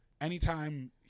anytime